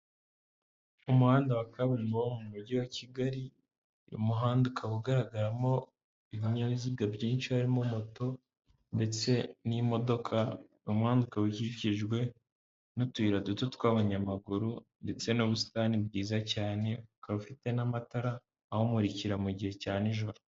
Umuhanda wa kaburimbo wo mu mujyi wa Kigali, uyu muhanda ukaba ugaragaramo ibinyabiziga byinshi harimo moto ndetse n'imodoka, uwo muhanda ukaba ukikijwe n'utuyira duto tw'abanyamaguru ndetse n'ubusitani bwiza cyane, ukaba ufite n'amatara awumurikira mu gihe cya nijoro.